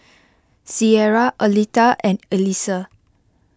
Cierra Aletha and Alisa